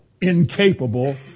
incapable